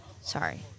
sorry